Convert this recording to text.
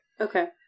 Okay